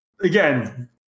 again